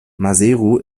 maseru